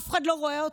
אף אחד לא רואה אתכן?